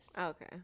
Okay